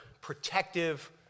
protective